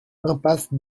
impasse